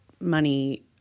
money